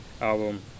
album